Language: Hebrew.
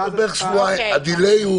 ה-delay הוא